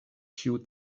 ĉiu